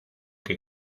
que